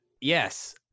Yes